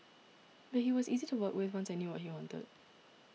but he was easy to work with once I knew what he wanted